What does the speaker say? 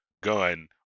gun